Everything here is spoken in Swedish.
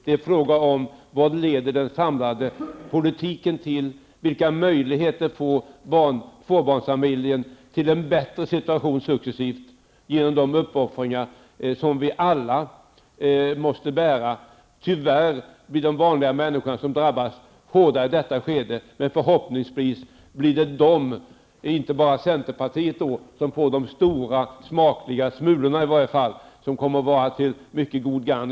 Det är fråga om vad den samlade politiken leder till, vilka möjligheter tvåbarnsfamiljen successivt får i en bättre situation, genom de uppoffringar som vi alla måste bära. Tyvärr blir det de vanliga människorna som drabbas hårdare i detta skede, men förhoppningsvis kommer de -- och inte bara centern -- senare att få de stora, smakliga smulorna, som kommer att vara till gagn.